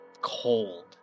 cold